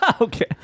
Okay